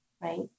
right